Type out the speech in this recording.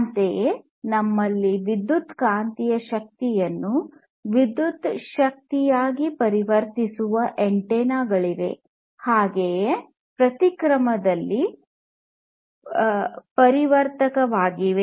ಅಂತೆಯೇ ನಮ್ಮಲ್ಲಿ ವಿದ್ಯುತ್ಕಾಂತೀಯ ಶಕ್ತಿಯನ್ನು ವಿದ್ಯುತ್ ಶಕ್ತಿಯನ್ನಾಗಿ ಪರಿವರ್ತಿಸುವ ಆಂಟೆನಾಗಳಿವೆ ಹಾಗೆಯೇ ಪ್ರತಿಕ್ರಮದಲ್ಲಿ ಪರಿವರ್ತಕವಾಗಿದೆ